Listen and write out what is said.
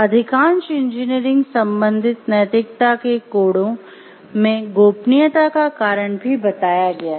अधिकांश इंजीनियरिंग संबन्धित नैतिकता के कोडों में गोपनीयता का कारण भी बताया गया है